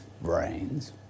brains